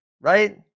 Right